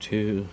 Two